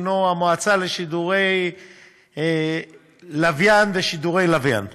הוא המועצה לשידורי כבלים ולשידורי לוויין.